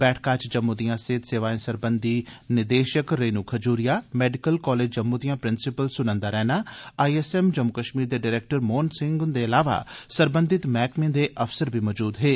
बैठका च जम्मू जम्मू दियां सेहत सेवाएं सरबंधी निदेशक रेणू खजूरिया मैडिकल कॉलेज जम्मू दियां प्रिंसिपल सुनंदा रैणा आईएसएम जम्मू कश्मीर दे डरैक्टर मोहन सिंह हुन्दे इलावा सरबंधित मैह्कमें दे अफसर बी मजूद हे